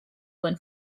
when